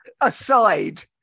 aside